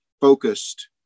focused